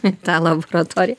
į tą laboratoriją